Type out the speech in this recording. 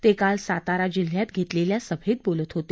ते काल सातारा जिल्ह्यात घेतलेल्या सभेत बोलत होते